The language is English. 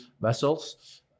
vessels